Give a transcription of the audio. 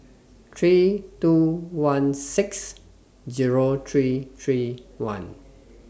three two one six Zero three three one